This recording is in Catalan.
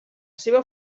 seva